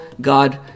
God